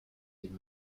did